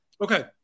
Okay